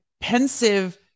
pensive